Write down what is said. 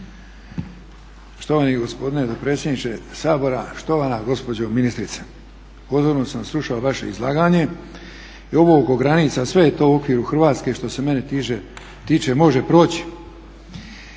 Štovani gospodine dopredsjedniče Sabora, štovana gospođo ministrice pozorno sam slušao vaše izlaganje i ovo oko granica sve je to u okviru Hrvatske što se mene tiče može proći.